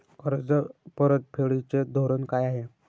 कर्ज परतफेडीचे धोरण काय आहे?